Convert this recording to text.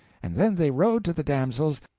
and then they rode to the damsels,